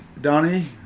Donnie